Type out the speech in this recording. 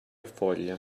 foglia